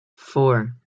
four